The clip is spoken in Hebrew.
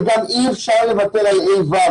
גם אי אפשר לוותר על ה'-ו'.